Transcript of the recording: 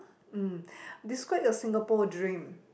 mm describe a Singapore dream